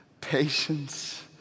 patience